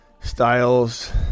Styles